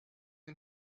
que